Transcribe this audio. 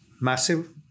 Massive